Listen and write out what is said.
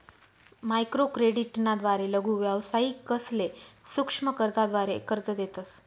microcredit ना द्वारे लघु व्यावसायिकसले सूक्ष्म कर्जाद्वारे कर्ज देतस